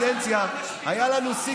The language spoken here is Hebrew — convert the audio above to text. לכם.